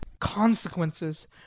Consequences